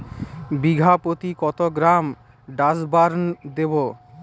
বিঘাপ্রতি কত gram Dursban দেবো?